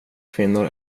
kvinnor